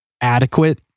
adequate